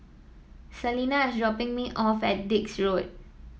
Salina is dropping me off at Dix Road